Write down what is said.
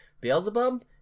Beelzebub